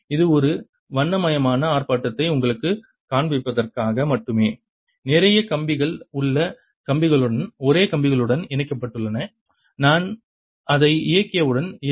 இது ஒரு வண்ணமயமான ஆர்ப்பாட்டத்தை உங்களுக்குக் காண்பிப்பதற்காக மட்டுமே நிறைய கம்பிகள் ஒரே கம்பிகளுடன் இணைக்கப்பட்டுள்ளன நான் அதை இயக்கியவுடன் எல்